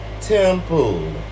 Temple